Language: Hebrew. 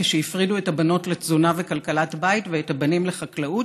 כשהפרידו: את הבנות לתזונה וכלכלת בית ואת הבנים לחקלאות,